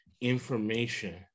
information